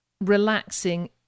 relaxing